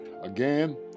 Again